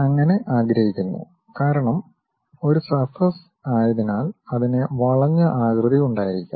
അങ്ങനെ ആഗ്രഹിക്കുന്നു കാരണം ഒരു സർഫസ് ആയതിനാൽ അതിന് വളഞ്ഞ ആകൃതി ഉണ്ടായിരിക്കാം